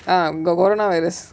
ah இந்த:intha corona virus